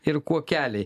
ir kuokeliai